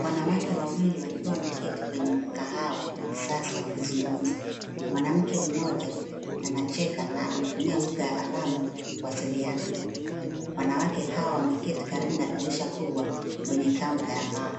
Wanawake wawili wakiwa wameketi kwenye mkahawa wa kisasa wakizungumza. Mwanamke mmoja anacheka na anatumia lugha ya usalama kuwasiliana. Wanawake hawa wameketi karibu na dirisha kubwa kwenye kaunta ya mbao.